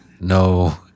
No